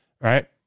right